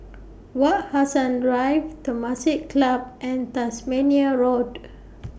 Wak Hassan Drive Temasek Club and Tasmania Road